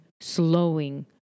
slowing